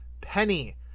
penny